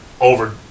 over